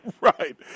Right